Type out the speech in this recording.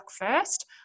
first